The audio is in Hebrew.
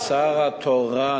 השר התורן.